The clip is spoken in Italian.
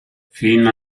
fino